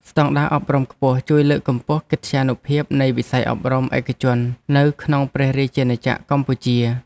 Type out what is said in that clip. ស្តង់ដារអប់រំខ្ពស់ជួយលើកកម្ពស់កិត្យានុភាពនៃវិស័យអប់រំឯកជននៅក្នុងព្រះរាជាណាចក្រកម្ពុជា។